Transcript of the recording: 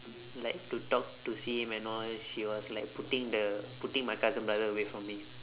like to talk to see him and all she was like putting the putting my cousin brother away from me